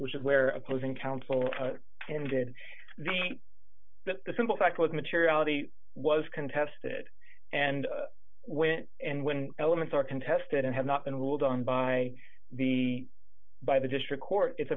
which is where opposing counsel ended the simple fact was materiality was contested and went and when elements are contested and have not been ruled on by the by the district court it's